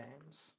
games